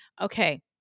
okay